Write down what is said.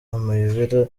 amayobera